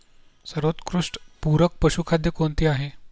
सर्वोत्कृष्ट पूरक पशुखाद्य कोणते आहे?